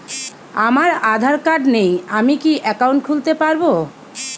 আমার আধার কার্ড নেই আমি কি একাউন্ট খুলতে পারব?